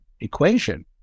equation